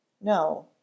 no